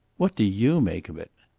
what do you make of it?